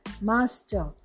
master